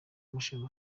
umushinga